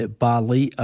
bali